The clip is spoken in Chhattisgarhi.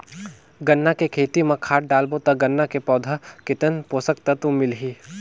गन्ना के खेती मां खाद डालबो ता गन्ना के पौधा कितन पोषक तत्व मिलही?